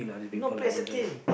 if not play as a team